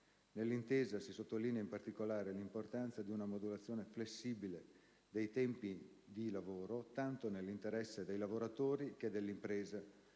Nell'intesa si sottolinea, in particolare, l'importanza di una modulazione flessibile dei tempi di lavoro tanto nell'interesse dei lavoratori che dell'impresa,